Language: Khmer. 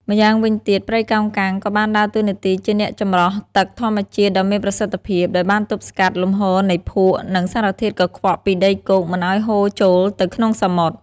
ម្យ៉ាងវិញទៀត ព្រៃកោងកាងក៏បានដើរតួនាទីជាអ្នកចម្រោះទឹកធម្មជាតិដ៏មានប្រសិទ្ធភាព ដោយបានទប់ស្កាត់លំហូរនៃភក់ និងសារធាតុកខ្វក់ពីដីគោកមិនឲ្យហូរចូលទៅក្នុងសមុទ្រ។